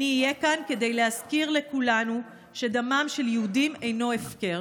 אני אהיה כאן כדי להזכיר לכולנו שדמם של יהודים אינו הפקר.